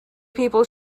people